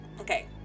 Okay